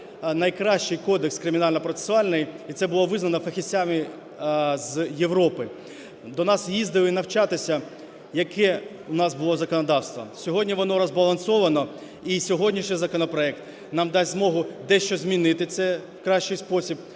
найкращий кодекс кримінально-процесуальний, і це було визнано фахівцями з Європи. До нас їздили навчатися. Яке у нас було законодавство? Сьогодні воно розбалансоване, і сьогоднішній законопроект нам дасть змогу дещо змінити це в кращий спосіб.